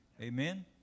Amen